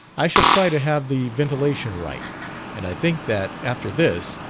i shall try to have the ventilation right and i think that, after this,